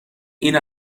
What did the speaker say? این